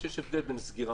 השאלה